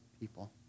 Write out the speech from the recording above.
people